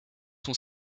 son